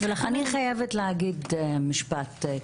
אני רוצה להאמין שהמדינה פועלת ברצון טוב